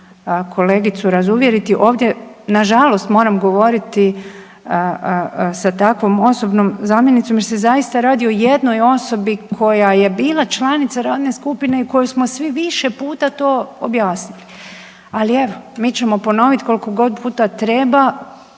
kolegicu razuvjeriti ovdje, nažalost moram govoriti sa takvom osobnom zamjenicom jer se zaista radi o jednoj osobi koja je bila članica radne skupine i koju smo svi više puta to objasnili, ali evo mi ćemo ponoviti koliko god puta treba.